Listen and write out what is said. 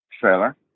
trailer